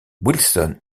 wilson